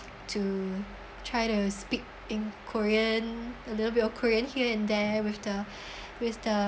to try to speak in korean a little bit of korean here and there with the with the